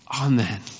Amen